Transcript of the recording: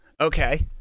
Okay